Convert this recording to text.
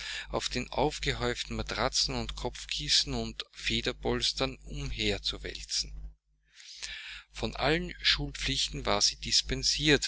auf den aufgehäuften matratzen und kopfkissen und federpolstern umherzuwälzen von allen schulpflichten war sie